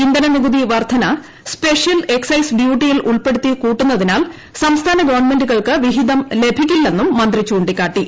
ഇന്ധന നികുതി വർധന സ്പെഷ്യൽ എക്സൈസ് ഡ്യൂ ട്ടിയിൽ ഉൾപ്പെടുത്തി കൂട്ടുന്നതിനാൽ സംസ്ഥാന ഗവൺമെന്റുകൾക്ക് വിഹി തം ലഭിക്കില്ലെന്നും മന്ത്രി ചൂണ്ടിക്കാട്ടി